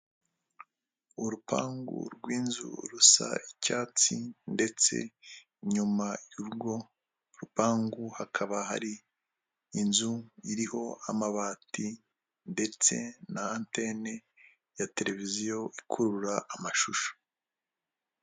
Urupangu rw'inzu rusa icyatsi ndetse nyuma y'urwo rupangu hakaba hari inzu iriho amabati ndetse na antene ya televiziyo ikurura amashusho.